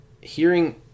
hearing